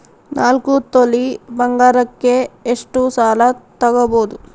ನಾಲ್ಕು ತೊಲಿ ಬಂಗಾರಕ್ಕೆ ಎಷ್ಟು ಸಾಲ ತಗಬೋದು?